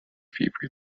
fever